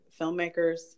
filmmakers